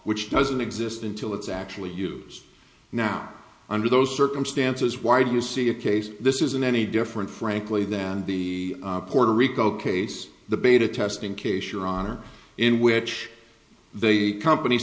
which doesn't exist until it's actually use now under those circumstances why do you see a case this isn't any different frankly than the puerto rico case the beta testing case your honor in which they compan